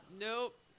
Nope